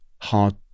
Hard